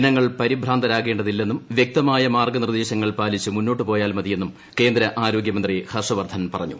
ജനങ്ങൾ പരിഭ്രാന്തരാകേണ്ടതില്ലെന്നും വ്യക്തമായ മാർഗ്ഗനിർദ്ദേശങ്ങൾ പാലിച്ച് മുന്നോട്ടു പോയാൽ മതിയെന്നും കേന്ദ്ര ആരോഗ്യമന്ത്രി ഹർഷ് വർദ്ധൻ പറഞ്ഞു